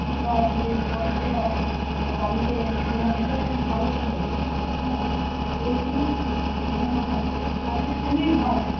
কিম্বা এই যে স্পর্শটা গাড়িতে পেলাম এইটাও ঠিক ভালো ছিল না হ্যাঁ এই জিনিসগুলো শেখানো হয় তো খুবই ভালো খুবই ভালো